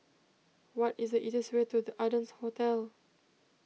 what is the easiest way to the Ardennes Hotel